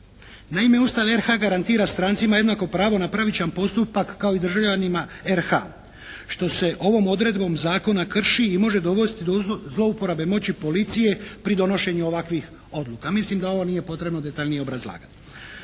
Naime Ustav RH garantira strancima jednako pravo na pravičan postupak kao i državljanima RH, što se ovom odredbom zakona krši i može dovesti do zlouporabe moći policije pri donošenju ovakvih odluka. Mislim da ovo nije potrebno detaljnije obrazlagati.